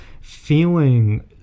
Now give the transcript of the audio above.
feeling